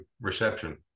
reception